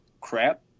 crap